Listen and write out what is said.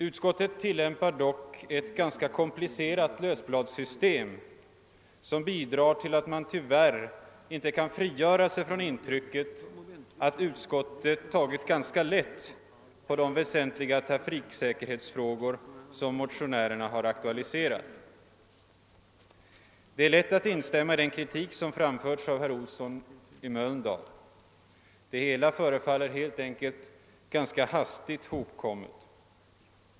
Utskottet tillämpar dock ett ganska komplicerat lösbladssystem som gör att man inte kan frigöra sig från intrycket att utskottet tagit ganska lätt på de väsentliga trafiksäkerhetsfrågor som motionärerna har aktualiserat. Jag måste därför instämma i den kritik som framförts av herr Olsson i Mölndal. Det hela förefaller helt enkelt ganska hastigt hopkommet.